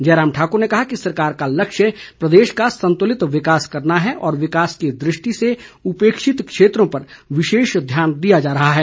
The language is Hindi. जयराम ठाकुर ने कहा कि सरकार का लक्ष्य प्रदेश का संतुलित विकास करना है और विकास की दृष्टि से उपेक्षित क्षेत्रों पर विशेष ध्यान दिया जा रहा है